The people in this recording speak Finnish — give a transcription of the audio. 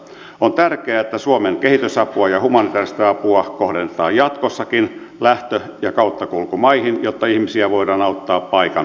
on tärkeää että suomen kehitysapua ja humanitäärista apua kohdennetaan jatkossakin lähtö ja kauttakulkumaihin jotta ihmisiä voidaan auttaa paikan päällä